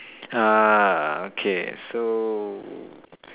uh okay so